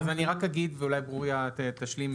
אני אגיד ואולי ברורה תשלים.